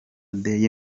day